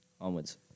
onwards